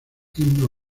himno